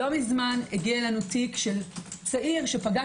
לא מזמן הגיע אלינו תיק של צעיר שפגע